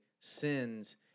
sins